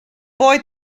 boy